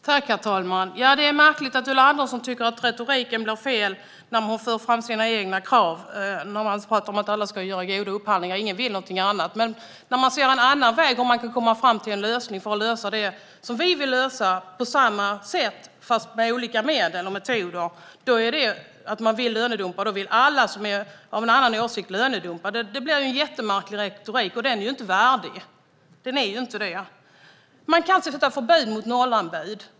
Herr talman! Det är märkligt att Ulla Andersson tycker att retoriken blir fel när hon för fram sina egna krav om att alla ska göra goda upphandlingar. Ingen vill något annat. Men när det finns en annan väg att komma fram till en lösning, fast med olika medel och metoder, då är det fråga om lönedumpning - alla som är av en annan åsikt vill lönedumpa. Det blir en mycket märklig retorik, och den är inte värdig. Det går inte att förbjuda nollanbud.